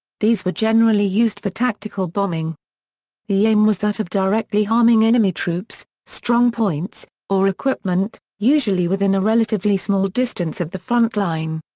these were generally used for tactical bombing the aim was that of directly harming enemy troops, strongpoints, or equipment, usually within a relatively small distance of the front line.